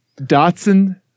Dotson